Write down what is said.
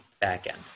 back-end